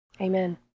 Amen